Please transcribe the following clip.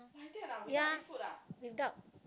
ya without